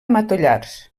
matollars